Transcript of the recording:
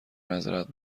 معذرت